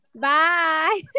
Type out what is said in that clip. Bye